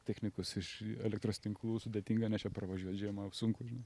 technikus iš elektros tinklų sudėtinga nes čia pravažiuot žiemą sunku žinai